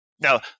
Now